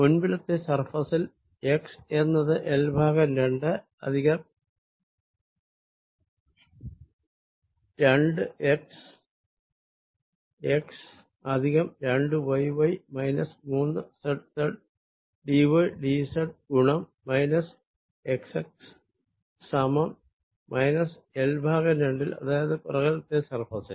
മുൻപിലത്തെ സർഫേസിൽ x എന്നത് L ഭാഗം രണ്ട് പ്ലസ് രണ്ട് x x പ്ലസ് രണ്ട് y y മൈനസ് മൂന്ന് z z d y d z ഗുണം മൈനസ് x x സമം മൈനസ് L ഭാഗം രണ്ടിൽ അതായത് പിറകിലത്തെ സർഫേസിൽ